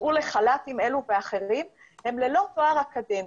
הוצאו לחל"תים אלו ואחרים, הם ללא תואר אקדמי.